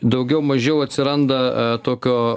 daugiau mažiau atsiranda tokio